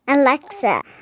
Alexa